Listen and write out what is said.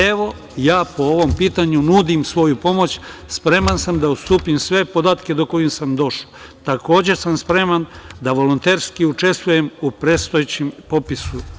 Evo, ja po ovom pitanju nudim svoju pomoć, spreman sam da ustupim sve podatke do kojih sam došao, takođe sam spreman da volonterski učestvujem u predstojećem popisu.